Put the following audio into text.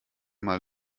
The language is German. mal